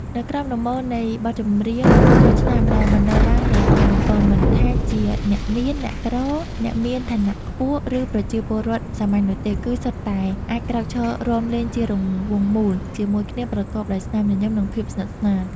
នៅក្រោមដំបូលនៃបទចម្រៀងចូលឆ្នាំដែលបន្លឺឡើងយ៉ាងកងរំពង មិនថាជាអ្នកមាន អ្នកក្រ អ្នកមានឋានៈខ្ពស់ ឬប្រជាពលរដ្ឋសាមញ្ញនោះទេ គឺសុទ្ធតែអាចក្រោកឈររាំលេងជារង្វង់មូលជាមួយគ្នាប្រកបដោយស្នាមញញឹម និងភាពស្និទ្ធស្នាល។